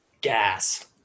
Gas